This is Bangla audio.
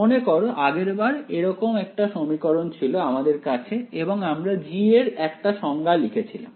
মনে করো আগেরবার এরকম একটা সমীকরণ ছিল আমাদের কাছে এবং আমরা g এর একটা সংজ্ঞা লিখেছিলাম